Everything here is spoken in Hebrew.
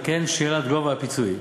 וכן שאלת גובה הפיצוי.